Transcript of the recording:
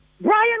Brian